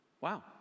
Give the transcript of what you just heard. Wow